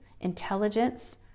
intelligence